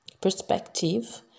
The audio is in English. perspective